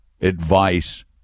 advice